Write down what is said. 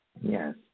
Yes